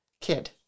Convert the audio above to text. kid